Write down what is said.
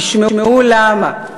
תשמעו למה,